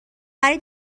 برا